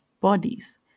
bodies